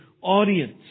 audience